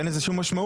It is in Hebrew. אין לזה שום משמעות.